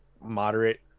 moderate